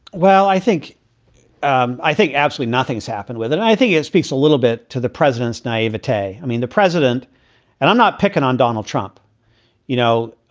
well, i think um i think actually nothing's happened with it. i think it speaks a little bit to the president's naivete. i mean, the president and i'm not picking on donald trump you know,